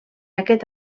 aquest